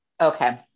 Okay